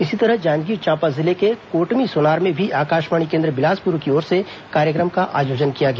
इसी तरह जांजगीर चांपा जिले के कोटमीसोनार में भी आकाशवाणी केंद्र बिलासपुर की ओर से कार्यक्रम का आयोजन किया गया